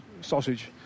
sausage